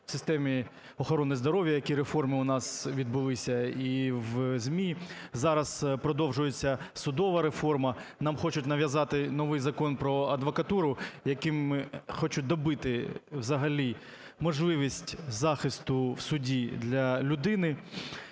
в системі охорони здоров'я які реформи у нас відбулися, і в ЗМІ. Зараз продовжується судова реформа. Нам хочуть нав'язати новий Закон про адвокатуру, яким хочу добити взагалі можливість захисту в суді для людини.